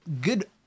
good